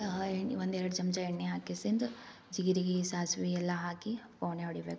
ಆ ಎಣ್ಣೆ ಒಂದೆರಡು ಚಮಚ ಎಣ್ಣೆ ಹಾಕಿಸಿಂದು ಜಿರಿಗೆ ಸಾಸಿವೆ ಎಲ್ಲ ಹಾಕಿ ಫೋನೆ ಹೊಡಿಬೇಕು